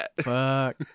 Fuck